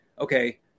okay